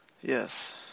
Yes